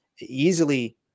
easily